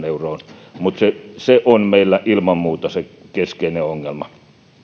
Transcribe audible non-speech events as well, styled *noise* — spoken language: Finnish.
*unintelligible* euroon mutta se se on meillä ilman muuta se keskeinen ongelma